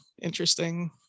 interesting